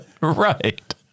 Right